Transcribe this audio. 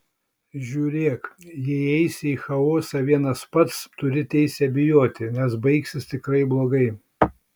žiūrėk jei eisi į chaosą vienas pats turi teisę bijoti nes baigsis tikrai blogai